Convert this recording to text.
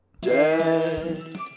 Dead